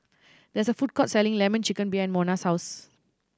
there is a food court selling Lemon Chicken behind Mona's house